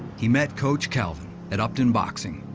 he met coach calvin at upton boxing,